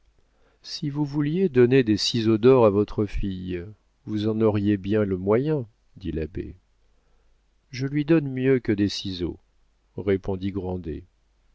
si vous vouliez donner des ciseaux d'or à votre fille vous en auriez bien le moyen dit l'abbé je lui donne mieux que des ciseaux répondit